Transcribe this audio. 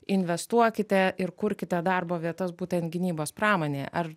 investuokite ir kurkite darbo vietas būtent gynybos pramonėje ar